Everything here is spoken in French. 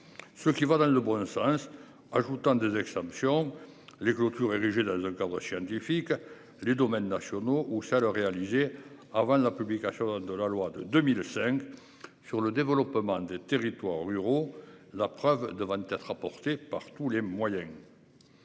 Ce qui va dans le bon sens, ajoutant 2 ex-champions les clôtures érigées dans un cadre scientifique les domaines nationaux aux chaleur réalisée avant la publication de la loi de 2005 sur le développement des territoires ruraux. La preuve, de 24. Par tous les moyens.